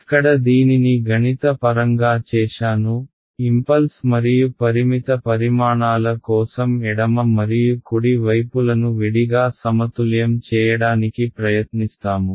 ఇక్కడ దీనిని గణిత పరంగా చేశాను ఇంపల్స్ మరియు పరిమిత పరిమాణాల కోసం ఎడమ మరియు కుడి వైపులను విడిగా సమతుల్యం చేయడానికి ప్రయత్నిస్తాము